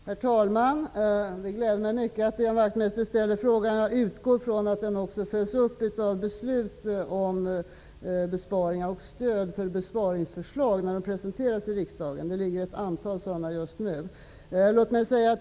Herr talman! Det gläder mig mycket att Ian Wachtmeister ställer frågan. Jag utgår från att den också följs upp med beslut om besparingar och stöd för besparingsförslag när de presenteras i riksdagen. Det har lagts fram ett antal sådana förslag just nu.